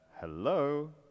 Hello